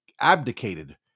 abdicated